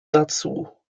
dazu